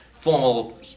Formal